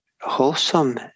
wholesome